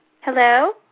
Hello